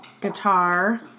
guitar